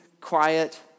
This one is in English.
quiet